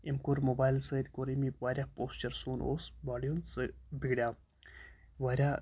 أمۍ کوٚر موبایلہٕ سۭتۍ کوٚر أمۍ یہِ واریاہ پوسچَر سون اوس باڈی ہُنٛد سُہ بِگڈیو واریاہ